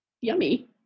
yummy